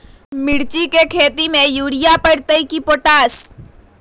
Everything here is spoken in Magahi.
मिर्ची के खेती में यूरिया परेला या पोटाश?